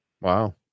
wow